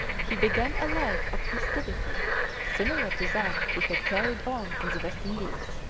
he began a life of festivity similar to that he had carried on in the west indies.